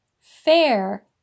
Fair